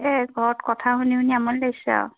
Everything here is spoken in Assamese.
এই ঘৰত কথা শুনি শুনি আমনি লাগিছে আৰু